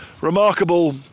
remarkable